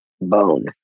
bone